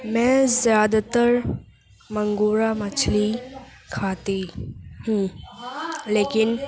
میں زیادہ تر مانگورا مچھلی کھاتی ہوں لیکن